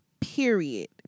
period